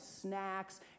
snacks